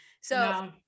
So-